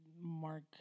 Mark